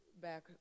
back